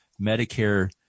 Medicare